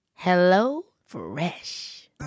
HelloFresh